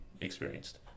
experienced